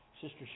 Sister